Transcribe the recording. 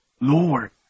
Lord